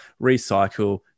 recycle